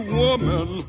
woman